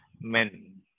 men